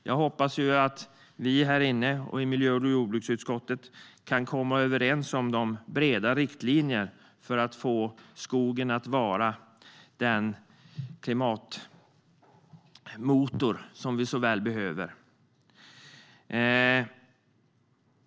Jag hoppas att vi här inne och i miljö och jordbruksutskottet kan komma överens om breda riktlinjer för att få skogen att vara den klimatmotor som vi så väl behöver.